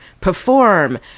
perform